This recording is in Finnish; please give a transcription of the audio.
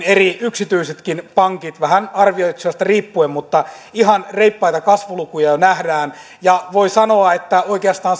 eri yksityisetkin pankit vähän arvioitsijoista riippuen mutta ihan reippaita kasvulukuja nähdään ja voi sanoa että oikeastaan